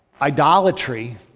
idolatry